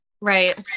Right